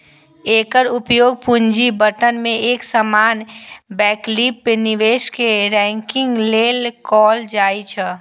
एकर उपयोग पूंजी बजट मे एक समान वैकल्पिक निवेश कें रैंकिंग लेल कैल जाइ छै